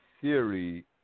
theory